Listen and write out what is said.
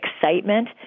excitement